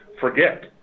forget